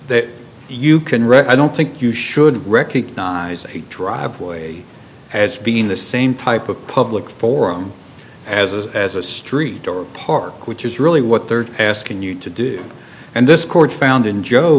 that you can read i don't think you should recognize a driveway as being the same type of public forum as a as a street or a park which is really what they're asking you to do and this court found in jo